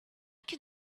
can